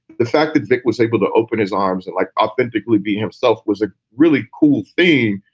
the fact that vic was able to open his arms and like authentically being himself was a really cool thing,